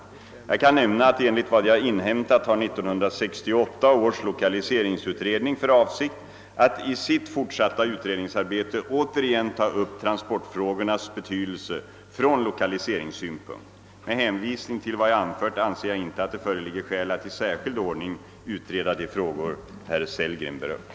Jag kan nämna att enligt vad jag inhämtat har 1968 års lokaliseringsutredning för avsikt att i sitt fortsatta utredningsarbete återigen ta upp transportfrågornas betydelse från lokaliseringssynpunkt. Med hänvisning till vad jag anfört anser jag inte att det föreligger skäl att i särskild ordning utreda de frågor herr Sellgren berört.